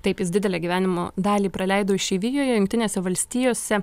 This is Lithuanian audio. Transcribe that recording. taip jis didelę gyvenimo dalį praleido išeivijoje jungtinėse valstijose